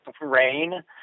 rain